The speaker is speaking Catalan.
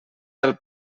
del